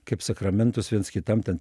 kaip sakramentus viens kitam ten